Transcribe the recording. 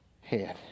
head